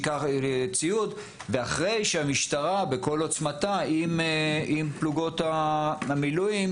ואחרי שהמשטרה בכל עוצמתה עם פלוגות המילואים